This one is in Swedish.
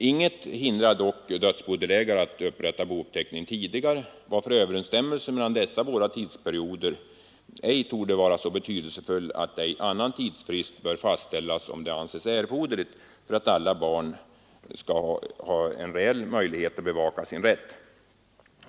Inget hindrar dock dödsbodelägare att upprätta bouppteckning tidigare, varför överensstämmelsen mellan dessa båda tidsperioder ej torde vara så betydelsefull att inte annan tidsfrist bör fastställas om det anses erforderligt för att alla barn skall ha en reell möjlighet att bevaka sin rätt.